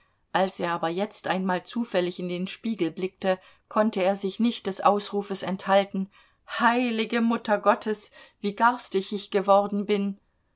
als er aber jetzt einmal zufällig in den spiegel blickte konnte er sich nicht des ausrufes enthalten heilige mutter gottes wie garstig ich geworden bin